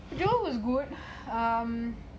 jewel was good um